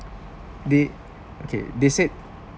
they okay they said